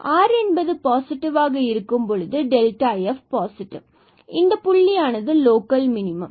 எனவே ஆர்r பாசிட்டிவாக இருக்கும்பொழுது f பாசிட்டிவ் ஆகும் மற்றும் இந்த புள்ளியானது லோக்கல் மினிமம்